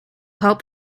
help